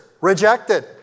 rejected